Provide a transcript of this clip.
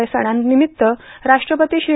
या सणांच्या निमित्त राष्ट्रपती श्री